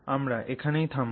আমরা এখানেই থামব